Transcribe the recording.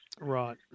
Right